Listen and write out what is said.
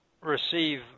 receive